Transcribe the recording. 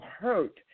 hurt